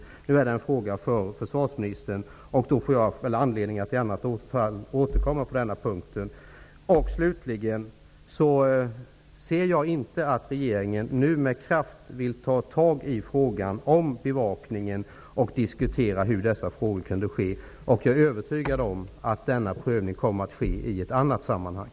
Men nu är det en fråga för försvarsministern. Då får jag väl anledning att återkomma till denna punkt. Slutligen ser jag inte att regeringen nu med kraft vill ta tag i frågan om bevakningen och diskutera hur stölden kunde ske. Jag är övertygad om att denna prövning kommer att ske i ett annat sammanhang.